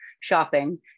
shopping